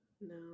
No